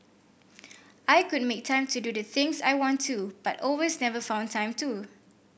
I could make time to do the things I want to but always never found time to